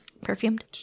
perfumed